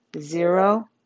zero